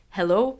Hello